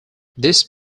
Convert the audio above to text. these